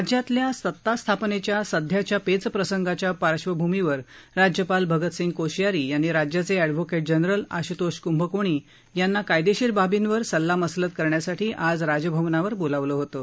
राज्यातील सता स्थापनेच्या सध्याच्या पेच प्रसंगाच्या पार्श्वभूमीवर राज्यपाल भगतसिंग कोश्यारी यांनी राज्याचे अॅडव्होकेट जनरल आश्तोष कंभकोणी यांना कायदेशीर बाबींवर सल्लामसलत करण्यासाठी आज राजभवनावर बोलावलं होतं